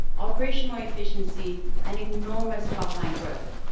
operational efficiency and enormous top-line growth.